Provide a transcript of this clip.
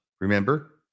remember